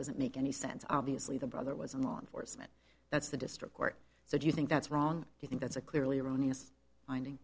doesn't make any sense obviously the brother was a law enforcement that's the district court so do you think that's wrong you think that's a clearly erroneous finding